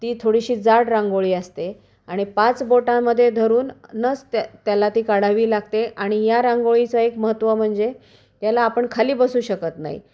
ती थोडीशी जाड रांगोळी असते आणि पाच बोटांमध्ये धरून नच त्या त्याला ती काढावी लागते आणि या रांगोळीचं एक महत्त्व म्हणजे याला आपण खाली बसू शकत नाही